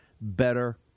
better